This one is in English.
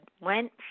went